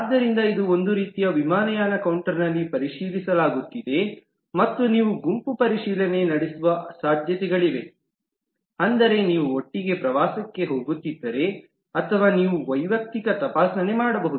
ಆದ್ದರಿಂದ ಇದು ಒಂದು ರೀತಿಯ ವಿಮಾನಯಾನ ಕೌಂಟರ್ನಲ್ಲಿ ಪರಿಶೀಲಿಸಲಾಗುತ್ತಿದೆ ಮತ್ತು ನೀವು ಗುಂಪು ಪರಿಶೀಲನೆ ನಡೆಸುವ ಸಾಧ್ಯತೆಗಳಿವೆ ಅಂದರೆ ನೀವು ಒಟ್ಟಿಗೆ ಪ್ರವಾಸಕ್ಕೆ ಹೋಗುತ್ತಿದ್ದರೆ ಅಥವಾ ನೀವು ವೈಯಕ್ತಿಕ ತಪಾಸಣೆ ಮಾಡಬಹುದು